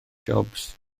jobs